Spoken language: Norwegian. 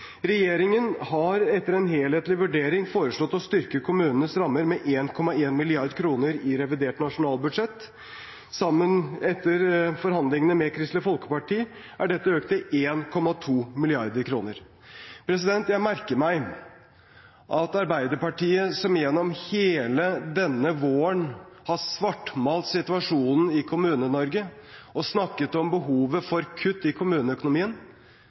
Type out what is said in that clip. Regjeringen har etter en helhetlig vurdering foreslått å styrke kommunenes rammer med 1,1 mrd. kr i revidert nasjonalbudsjett. Etter forhandlingene med Kristelig Folkeparti er dette økt til 1,2 mrd. kr. Jeg merker meg at Arbeiderpartiet, som gjennom hele denne våren har svartmalt situasjonen i Kommune-Norge og snakket om behovet for kutt i kommuneøkonomien,